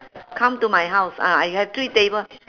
come to my house ah I have three table